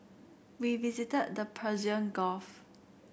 we visited the Persian Gulf